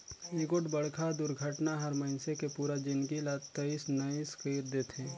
एगोठ बड़खा दुरघटना हर मइनसे के पुरा जिनगी ला तहस नहस कइर देथे